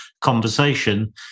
conversation